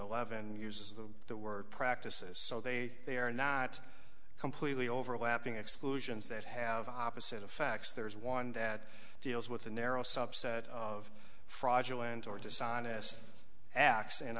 eleven uses of the word practices so they they are not completely overlapping exclusions that have opposite of facts there is one that deals with a narrow subset of fraudulent or dishonest acts in